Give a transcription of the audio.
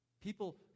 People